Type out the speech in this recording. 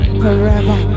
forever